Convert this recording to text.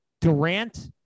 Durant